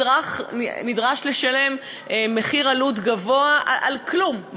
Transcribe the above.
נדרש לשלם מחיר גבוה על כלום,